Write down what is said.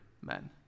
men